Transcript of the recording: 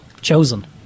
Chosen